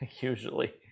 usually